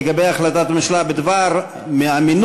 לגבי החלטת הממשלה בדבר מינוי